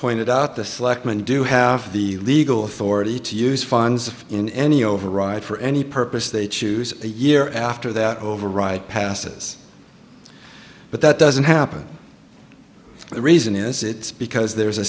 pointed out the selectmen do have the legal authority to use funds in any override for any purpose they choose a year after that override passes but that doesn't happen the reason is it's because there's a